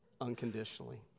unconditionally